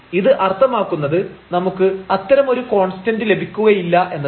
ഇത് അർത്ഥമാക്കുന്നത് നമുക്ക് അത്തരമൊരു കോൺസ്റ്റൻഡ് ലഭിക്കുകയില്ല എന്നതാണ്